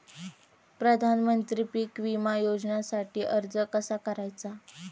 प्रधानमंत्री पीक विमा योजनेसाठी अर्ज कसा करायचा?